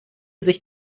sich